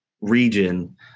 region